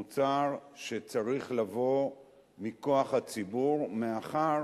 מוצר שצריך לבוא מכוח הציבור, מאחר